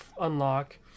unlock